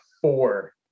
four